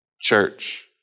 church